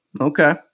Okay